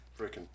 freaking